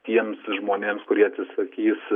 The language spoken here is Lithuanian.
tiems žmonėms kurie atsisakys